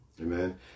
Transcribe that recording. Amen